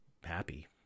happy